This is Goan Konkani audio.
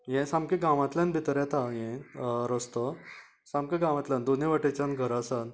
हे सामके गांवातल्यान भितर येता हे रस्तो सामको गांवातल्यान दोनय वाटेच्यान घरां आसात